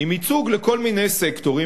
עם ייצוג לכל מיני סקטורים,